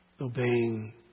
obeying